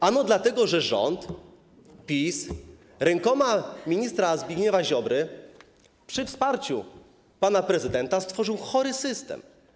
Ano dlatego, że rząd, PiS rękoma ministra Zbigniewa Ziobry przy wsparciu pana prezydenta stworzył chory system.